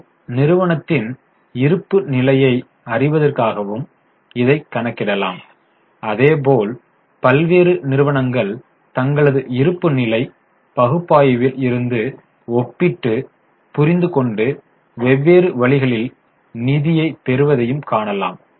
ஒரு நிறுவனத்தின் இருப்பு நிலையை அறிவதற்காகவும் இதை கணக்கிடலாம் அதேபோல் பல்வேறு நிறுவனங்கள் தங்களது இருப்புநிலை பகுப்பாய்வில் இருந்து ஒப்பிட்டுப் புரிந்து கொண்டு வெவ்வேறு வழிகளில் நிதி பெறுவதையும் காணலாம்